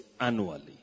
annually